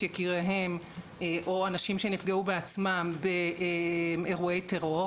יקיריהם או אנשים שנפגעו בעצמם באירועי טרור